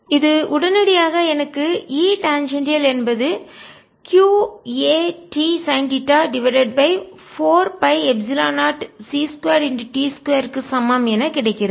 இது உடனடியாக எனக்கு E டான்ஜென்ஷியல் என்பது q a t sine theta divided by 4 πஎப்சிலன் 0 c2t2 க்கு சமம் என கிடைக்கிறது